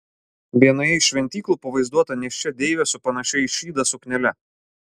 vienoje iš šventyklų pavaizduota nėščia deivė su panašia į šydą suknele